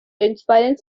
inspiring